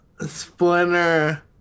Splinter